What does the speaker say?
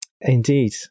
indeed